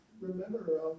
remember